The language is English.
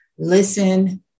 Listen